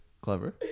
clever